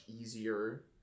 easier